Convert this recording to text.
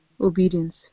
obedience